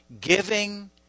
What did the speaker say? giving